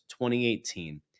2018